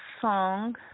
song